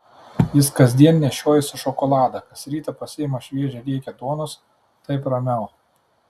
jis kasdien nešiojasi šokoladą kas rytą pasiima šviežią riekę duonos taip ramiau